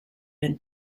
been